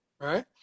Right